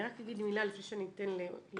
אני רק אגיד מילה לפני שאני אתן לפורר.